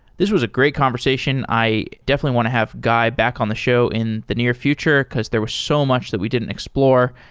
this was a great conversation. i definitely want to have guy back on the show in the near future because there was so much that we didn't explore.